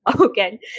okay